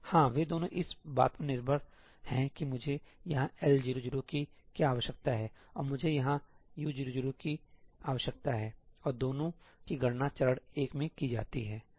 हाँ वे दोनों इस बात पर निर्भर हैं कि मुझे यहाँ L00 की क्या आवश्यकता है और मुझे यहाँ U00 की आवश्यकता है और दोनों की गणना चरण 1 में की जाती है